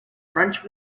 french